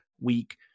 week